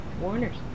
Warners